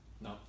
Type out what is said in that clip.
No